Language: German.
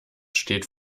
steht